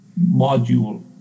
module